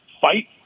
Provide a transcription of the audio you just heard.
fight